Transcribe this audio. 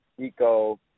eco